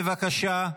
בבקשה.